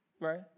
right